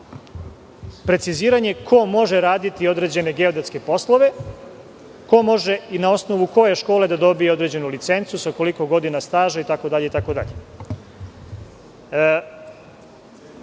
preciziranje ko može raditi određene geodetske poslove, ko može i na osnovu koje škole da dobije određenu licencu, sa koliko godina staža,